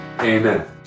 Amen